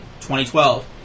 2012